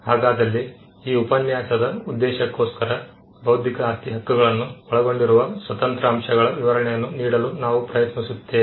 ಹಾಗಾದಲ್ಲಿ ಈ ಉಪನ್ಯಾಸದ ಉದ್ದೇಶಕ್ಕೋಸ್ಕರ ಬೌದ್ಧಿಕ ಆಸ್ತಿ ಹಕ್ಕುಗಳನ್ನು ಒಳಗೊಂಡಿರುವ ಸ್ವತಂತ್ರ ಅಂಶಗಳ ವಿವರಣೆಯನ್ನು ನೀಡಲು ನಾವು ಪ್ರಯತ್ನಿಸುತ್ತೇವೆ